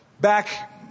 Back